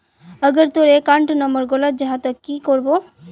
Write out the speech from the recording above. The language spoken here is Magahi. अगर तोर अकाउंट नंबर गलत जाहा ते की करबो?